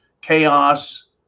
chaos